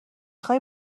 خوای